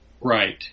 Right